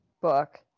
book